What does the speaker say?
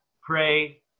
pray